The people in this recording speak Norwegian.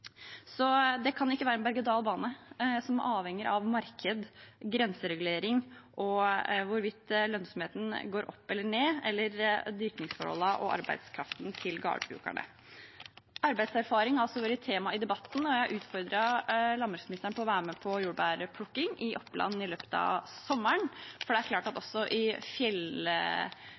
Det kan ikke være en berg- og dal-bane som avhenger av marked, grenseregulering og hvorvidt lønnsomheten går opp eller ned, eller dyrkingsforholdene og arbeidskraften til gardbrukerne. Arbeidserfaring har også vært tema i debatten, og jeg utfordrer landbruksministeren til å være med på jordbærplukking i Oppland i løpet av sommeren, for også i fjellstrøk som Gudbrandsdalen har vi jordbærdyrking, og det håper vi å kunne ha også i